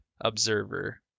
observer